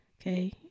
okay